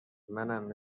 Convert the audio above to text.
منم